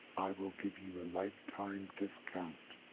i will give you a lifetime discount.